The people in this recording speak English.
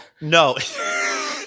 No